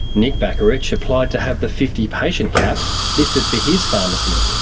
nick bakarich applied to have the fifty patient cap lifted for his pharmacy,